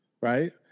right